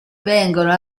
vengono